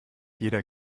jeder